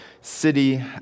city